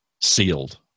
sealed